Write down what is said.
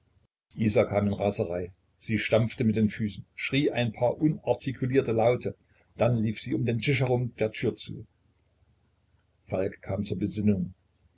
isa kam in raserei sie stampfte mit den füßen schrie ein paar unartikulierte laute dann lief sie um den tisch herum der tür zu falk kam zur besinnung